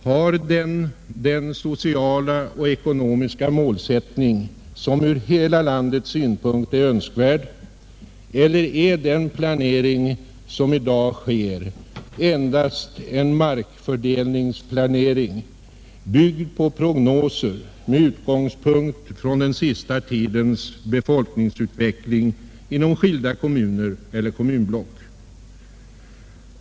Har planeringen den sociala och ekonomiska målsättning som ur hela landets synpunkt är önskvärd eller är den planering som i dag sker endast en markfördelningsplanering, byggd på prognoser med utgångspunkt från den senaste tidens befolkningsutveckling inom enskilda kommuner eller kommunblock?